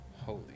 holy